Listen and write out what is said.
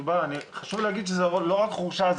חשוב להגיד שזה לא רק חורשה,